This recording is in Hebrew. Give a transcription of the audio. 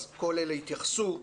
אז כל אלה יתייחסו,